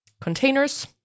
containers